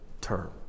term